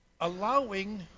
allowing